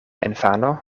infano